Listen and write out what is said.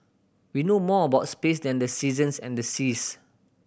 we know more about space than the seasons and the seas